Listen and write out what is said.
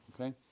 Okay